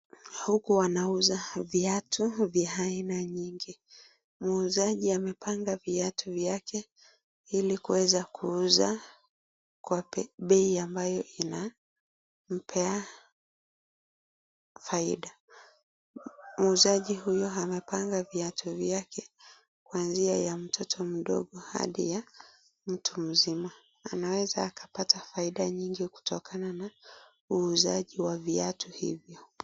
Huku wanauza viatu vya aina nyingi. Muuzaji amepanga viatu vyake ili kuweza kuuza kwa bei ambayo inampea faida. Muuzaji huyo amepanga viatu vyake, kuanzia ya mtoto mdogo hadi ya mtu mzima. Anaweza akapata faida nyingi kutokana na uuzaji wa viatu hivi.